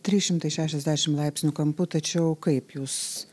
trys šimtai šešiasdešim laipsnių kampu tačiau kaip jūs